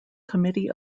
committee